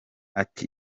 ati